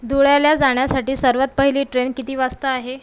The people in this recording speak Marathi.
धुळ्याला जाण्यासाठी सर्वात पहिली ट्रेन किती वाजता आहे